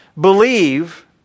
believe